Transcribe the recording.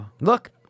Look